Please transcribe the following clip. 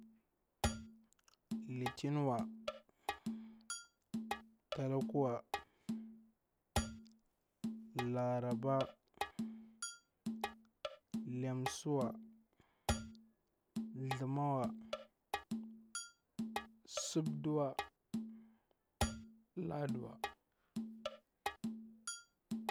Litinwa, talakuwa, laraba, lensuwa, thamawa, sabduwa, laduwa